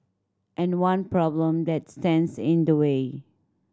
and one problem that stands in the way